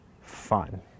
fun